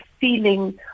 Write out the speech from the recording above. feeling